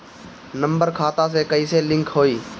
Number खाता से कईसे लिंक होई?